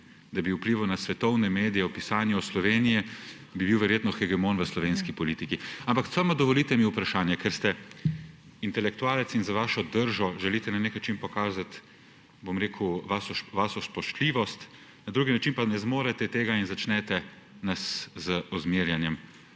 da bi vplival na svetovne medije o pisanju o Sloveniji, bi bil verjetno hegemon v slovenski politiki. Samo dovolite mi vprašanje, ker ste intelektualec in z vašo držo želite na nek način pokazati, bom rekel, vašo spoštljivost; na drug način pa ne zmorete tega in nas začnete z zmerjanjem